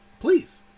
please